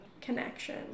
connection